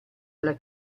alla